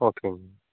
ஓகேங்க